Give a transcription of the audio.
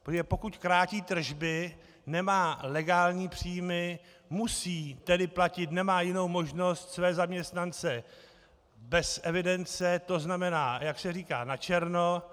protože pokud krátí tržby, nemá legální příjmy, musí tedy platit, nemá jinou možnost, své zaměstnance bez evidence, tzn. jak se říká na černo.